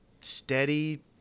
steady